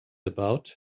about